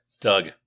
Doug